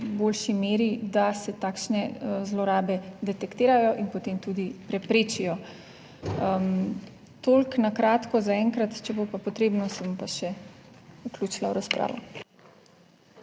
najboljši meri, da se takšne zlorabe detektirajo in potem tudi preprečijo. Toliko na kratko zaenkrat, če bo pa potrebno, se bom pa še vključila v razpravo.